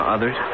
Others